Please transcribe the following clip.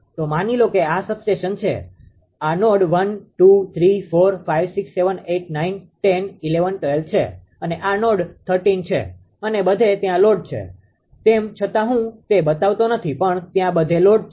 તો માની લો કે આ સબસ્ટેશન છે આ node 1 node 2 node 3 node 4 node 5 node 6 node 7 node 8 node 9 અને નોડ 10 નોડ 11 નોડ 12 છે અને આ નોડ 13 છે અને બધે ત્યાં લોડ છે તેમ છતાં હું તે બતાવતો નથી પણ ત્યાં બધે લોડ છે